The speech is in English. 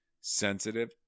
sensitive